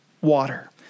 water